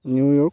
New York